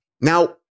Now